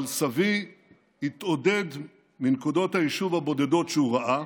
אבל סבי התעודד מנקודות היישוב הבודדות שהוא ראה,